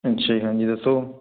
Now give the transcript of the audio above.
ਅੱਛਾ ਜੀ ਹਾਂਜੀ ਦੱਸੋ